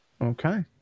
Okay